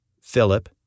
philip